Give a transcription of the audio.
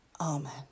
Amen